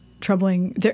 troubling